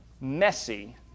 messy